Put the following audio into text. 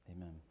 Amen